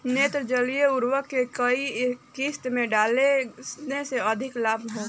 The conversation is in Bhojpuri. नेत्रजनीय उर्वरक के केय किस्त में डाले से अधिक लाभ होखे?